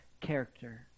character